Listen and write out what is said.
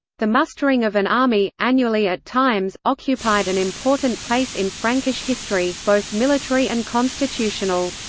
the mustering of an army, annually at times, occupied an important place in frankish history, both military and constitutional.